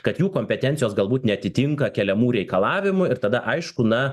kad jų kompetencijos galbūt neatitinka keliamų reikalavimų ir tada aišku na